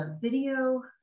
video